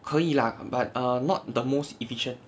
可以 lah but err not the most efficient